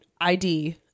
ID